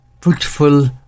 fruitful